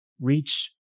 reach